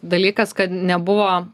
dalykas kad nebuvo